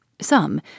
some